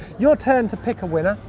your turn to pick a winner.